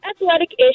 Athletic-ish